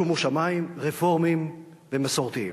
שומו שמים, רפורמים ומסורתיים.